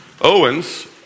Owens